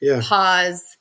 pause